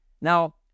Now